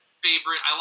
favorite